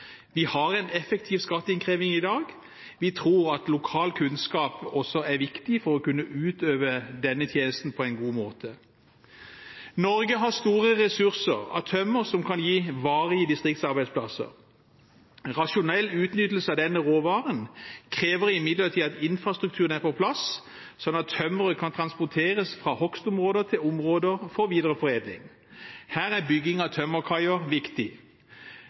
Vi har en effektiv skatteinnkreving i dag, og vi tror lokal kunnskap er viktig for å kunne utøve denne tjenesten på en god måte. Norge har store ressurser av tømmer, som kan gi varige distriktsarbeidsplasser. Rasjonell utnyttelse av denne råvaren krever imidlertid at infrastrukturen er på plass, slik at tømmeret kan transporteres fra hogstområdet til områder for videreforedling. Her er bygging av tømmerkaier viktig.